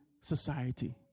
society